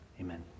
Amen